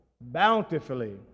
bountifully